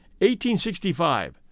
1865